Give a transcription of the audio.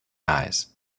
eyes